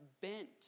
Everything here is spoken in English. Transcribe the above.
bent